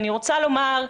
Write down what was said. אני רוצה לומר,